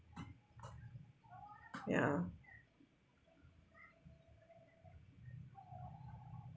ya